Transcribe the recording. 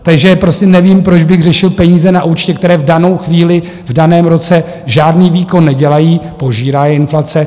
Takže prosím, nevím, proč bych řešil peníze na účtě, které v danou chvíli, v daném roce žádný výkon nedělají, požírá je inflace.